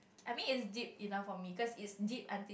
I mean is deep enough for me cause is deep until